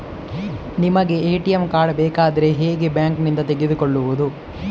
ನಮಗೆ ATM card ಬೇಕಾದ್ರೆ ಹೇಗೆ ಬ್ಯಾಂಕ್ ನಿಂದ ತೆಗೆದುಕೊಳ್ಳುವುದು?